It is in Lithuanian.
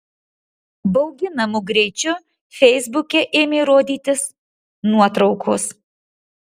bauginamu greičiu feisbuke ėmė rodytis nuotraukos